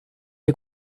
est